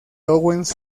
owens